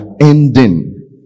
ending